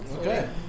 Okay